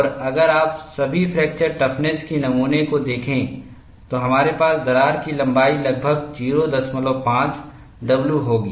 और अगर आप सभी फ्रैक्चरटफ़्नस के नमूनों को देखें तो हमारे पास दरार की लंबाई लगभग 05 w होगी